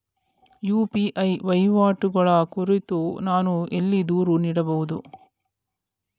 UPI ವಹಿವಾಟುಗಳ ಕುರಿತು ನಾನು ಎಲ್ಲಿ ದೂರು ನೀಡಬಹುದು?